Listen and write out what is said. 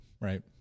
Right